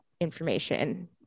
information